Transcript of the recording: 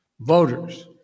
voters